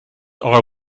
are